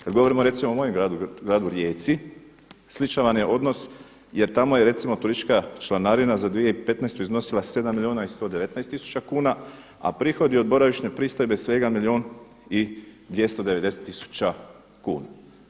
Kad govorimo recimo o mom gradu, Gradu Rijeci sličan vam je odnos jer tamo je recimo turistička članarina za 2015. iznosila 7 milijuna i 119 tisuća kuna a prihodi od boravišne pristojbe svega 1 milijun i 290 tisuća kuna.